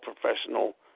professional